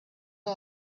the